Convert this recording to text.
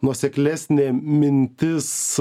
nuoseklesnė mintis